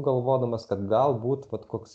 galvodamas kad galbūt vat koks